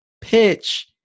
pitch